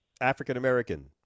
African-American